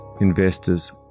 investors